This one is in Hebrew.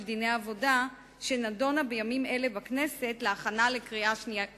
דיני עבודה שנדונה בימים אלה בכנסת להכנה לקריאה שנייה ושלישית.